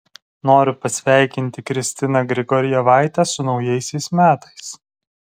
noriu pasveikinti kristiną grigorjevaitę su naujaisiais metais